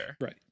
Right